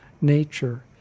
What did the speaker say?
nature